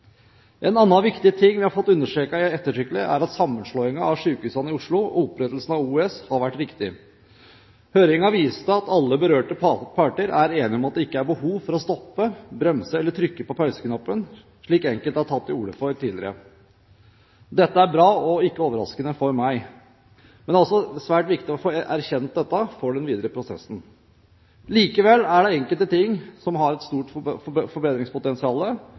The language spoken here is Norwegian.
En annen viktig ting vi har fått understreket ettertrykkelig, er at sammenslåingen av sykehusene i Oslo og opprettelsen av OUS har vært riktig. Høringen viste at alle berørte parter er enige om at det ikke er behov for å stoppe, bremse eller trykke på pauseknappen, slik enkelte har tatt til orde for tidligere. Dette er bra og ikke overraskende for meg. Men det er altså svært viktig å erkjenne dette for den videre prosessen. Likevel er det enkelte ting som har et stort